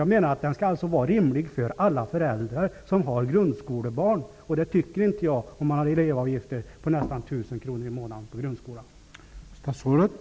Jag menar att avgiften skall vara rimlig för alla föräldrar som har grundskolebarn, och jag tycker inte att en elevavgift på nästan 1 000 kr i månaden på grundskolan är rimligt.